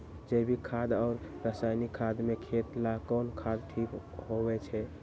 जैविक खाद और रासायनिक खाद में खेत ला कौन खाद ठीक होवैछे?